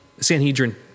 Sanhedrin